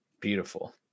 beautiful